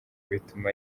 bituma